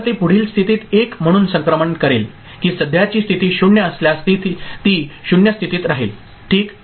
तर ते पुढील स्थितीत 1 म्हणून संक्रमण करेल की सध्याची स्थिती 0 असल्यास ती 0 स्थितीत राहील ठीक